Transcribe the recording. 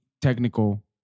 technical